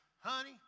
Honey